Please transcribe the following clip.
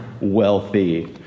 wealthy